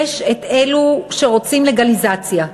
יש את אלו שרוצים לגליזציה.